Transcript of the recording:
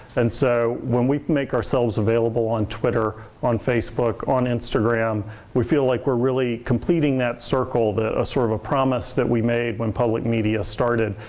and so, when we make ourselves available on twitter, on facebook, on instagram we feel like we're really completing that circle, that sort of promise that we made when public media started.